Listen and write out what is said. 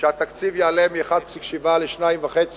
שהגידול בתקציב יעלה מ-1.7% ל-2.5%.